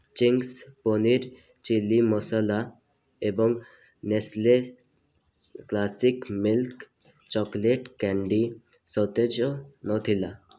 Ching's paneer chilli masala ଏବଂ Nestle classic milk chocolate candy ସତେଜ ନଥିଲା